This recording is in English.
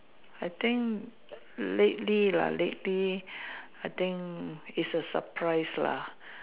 I think lately lah lately lah I think is a surprise lah